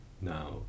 now